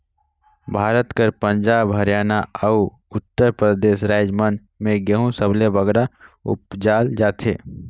भारत कर पंजाब, हरयाना, अउ उत्तर परदेस राएज मन में गहूँ सबले बगरा उपजाल जाथे